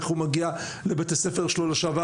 איך הוא מגיע לבית הספר שלו לשעבר,